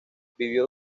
vivió